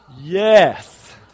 Yes